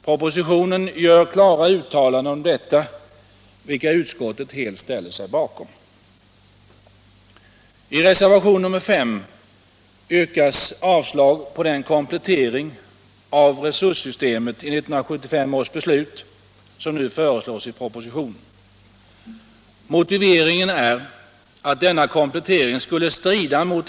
Propositionen gör klara uttalanden om detta, vilka utskottet helt ställer sig bakom.